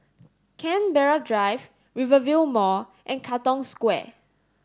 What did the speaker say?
Canberra Drive Rivervale Mall and Katong Square